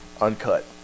uncut